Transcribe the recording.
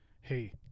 hey